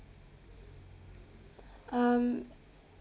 um